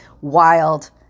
wild